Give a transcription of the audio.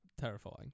terrifying